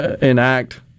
enact